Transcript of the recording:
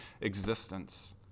existence